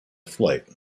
flight